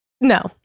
No